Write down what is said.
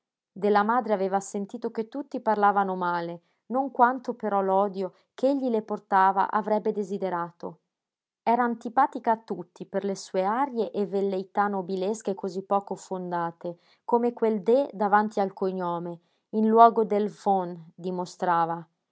della madre aveva sentito che tutti parlavano male non quanto però l'odio ch'egli le portava avrebbe desiderato era antipatica a tutti per le sue arie e velleità nobilesche cosí poco fondate come quel de davanti al cognome in luogo del von dimostrava